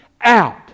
out